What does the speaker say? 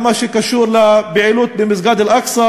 בכל מה שקשור לפעילות במסגד אל-אקצא